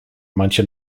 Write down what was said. manche